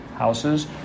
houses